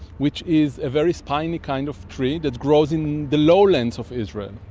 which is a very spiny kind of tree that grows in the lowlands of israel,